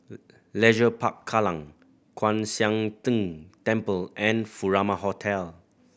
Leisure Park Kallang Kwan Siang Tng Temple and Furama Hotel